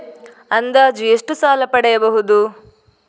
ಅಂದಾಜು ಎಷ್ಟು ಸಾಲ ಪಡೆಯಬಹುದು?